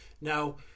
Now